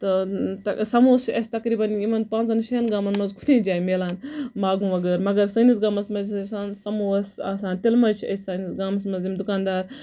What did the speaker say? تہٕ سَموسہٕ چھِ اَسہِ تقریٖبَن یِمَن پانژَن شیٚن گامَن منٛز کُنی جایہِ مِلان ماگمہٕ وَغٲر مَگر سٲنِس گامَس منٛز ٲسۍ آسان سَمَوسہٕ آسان تِلہٕ مۄنجہِ چھِ أسۍ سٲنِس گامَس منٛز یِم دُکان دار